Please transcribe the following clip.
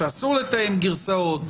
שאסור לתאם גרסאות,